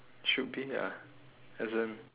should be ah as in